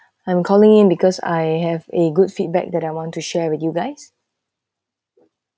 I'm calling in because I have a good feedback that I want to share with you guys